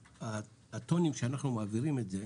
שהטונים שאנחנו מעבירים את זה,